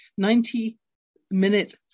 90-minute